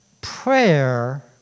prayer